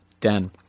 den